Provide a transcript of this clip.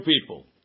people